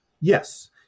Yes